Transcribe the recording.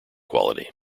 quality